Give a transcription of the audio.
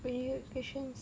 !aiyo! patience